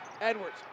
Edwards